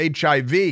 HIV